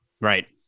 Right